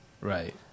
Right